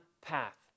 path